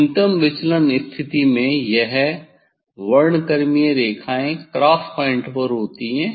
न्यूनतम विचलन स्थिति में यह वर्णक्रमीय रेखा क्रॉस पॉइंट पर होती है